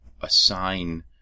assign